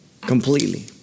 Completely